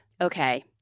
Okay